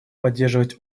поддерживать